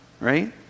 right